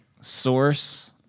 source